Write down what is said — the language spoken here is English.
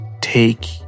take